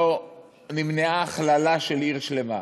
לא נמנעה הכללה של עיר שלמה.